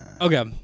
Okay